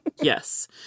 Yes